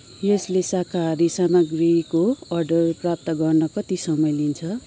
यसले शाकाहारी सामग्रीको अर्डर प्राप्त गर्न कति समय लिन्छ